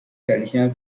traditional